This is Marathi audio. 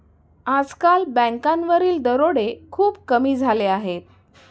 आजकाल बँकांवरील दरोडे खूप कमी झाले आहेत